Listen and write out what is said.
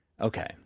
okay